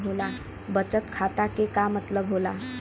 बचत खाता के का मतलब होला?